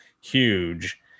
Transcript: huge